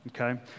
Okay